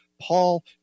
Paul